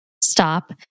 stop